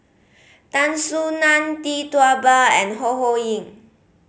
Tan Soo Nan Tee Tua Ba and Ho Ho Ying